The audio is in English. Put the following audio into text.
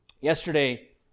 Yesterday